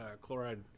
chloride